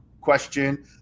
question